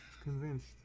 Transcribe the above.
Convinced